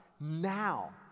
now